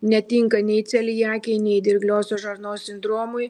netinka nei celiakijai nei dirgliosios žarnos sindromui